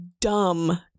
dumb